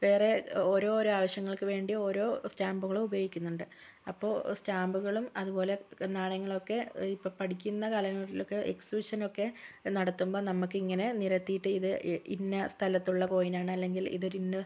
വേറെ ഓരോ ഓരോ ആവശ്യങ്ങൾക്ക് വേണ്ടി ഓരോ സ്റ്റാമ്പുകളും ഉപയോഗിക്കുന്നുണ്ട് അപ്പോൾ സ്റ്റാമ്പുകളും അതുപോലെ നാണയങ്ങൾ ഒക്കെ ഇപ്പോൾ പഠിക്കുന്ന കാലങ്ങളിലൊക്കെ എക്സിബിഷനൊക്കെ നടത്തുമ്പം നമുക്കിങ്ങനെ നിരത്തിയിട്ട് ഇന്ന സ്ഥലത്തുള്ള കോയിൻ ആണ് അല്ലെങ്കിൽ ഇത് ഇന്ന